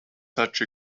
such